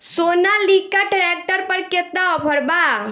Sonalika tractor पर केतना offer बा?